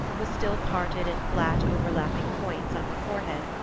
was still parted in flat overlapping points on her forehead,